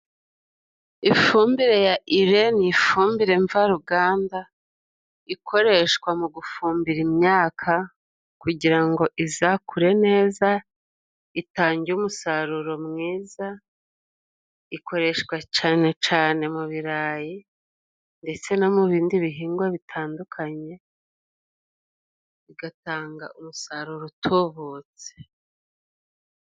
Ifumbire ya ire ni ifumbire mvaruganda ikoreshwa mu gufumbira imyaka kugirango ngo izakure neza itange umusaruro mwiza. Ikoreshwa cyane cyane mu birayi ndetse no mu bindi bihingwa bitandukanye igatanga umusaruro utubutse.